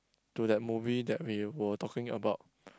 to that movie that we were talking about